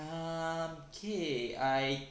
um K I